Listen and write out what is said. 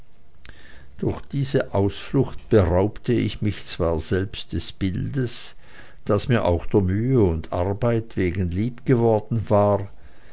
durch diese ausflucht beraubte ich mich zwar selbst des bildes das mir auch der mühe und arbeit wegen lieb geworden war